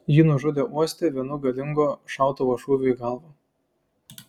jį nužudė uoste vienu galingo šautuvo šūviu į galvą